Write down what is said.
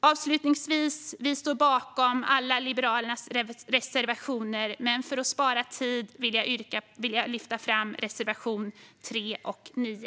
Avslutningsvis: Vi står bakom alla Liberalernas reservationer, men för att spara tid yrkar jag bifall bara till reservationerna 3 och 9.